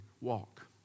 walk